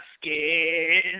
skin